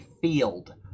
field